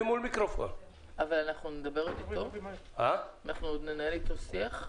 אנחנו עוד ננהל איתו שיח?